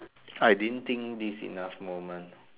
I didn't think this enough moment